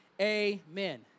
Amen